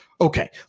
Okay